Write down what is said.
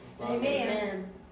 Amen